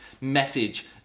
message